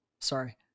Sorry